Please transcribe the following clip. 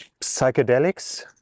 psychedelics